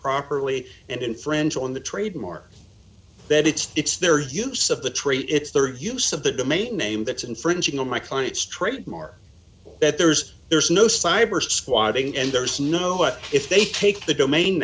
improperly and infringe on the trademark that it's it's their use of the trade it's their use of the domain name that's infringing on my client's trademark that there's there's no cybersquatting and there's no but if they take the domain